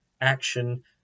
action